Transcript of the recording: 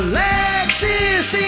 Alexis